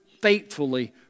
faithfully